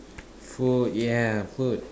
food yeah food